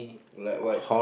like what